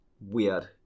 weird